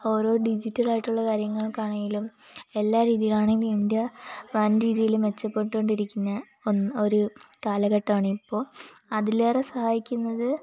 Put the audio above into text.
ഓരോ ഡിജിറ്റൽ ആയിട്ടുള്ള കാര്യങ്ങൾക്കാണെങ്കിലും എല്ലാ രീതിയിലാണെങ്കിലും ഇന്ത്യ വൻരീതിയിൽ മെച്ചപ്പെട്ടുകൊണ്ടിരിക്കുന്ന ഒന്ന് ഒരു കാലഘട്ടമാണിപ്പോൾ അതിലേറെ സഹായിക്കുന്നത്